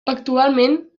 actualment